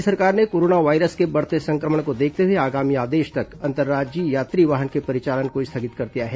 राज्य सरकार ने कोरोना वायरस के बढ़ते संक्रमण को देखते हुए आगामी आदेश तक अंतर्राज्यीय यात्री वाहन के परिचालन को स्थगित कर दिया है